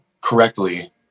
correctly